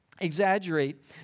exaggerate